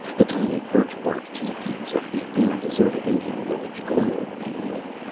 the tiny birch-bark teepees of the now deserted indian village glowed palely.